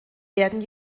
werden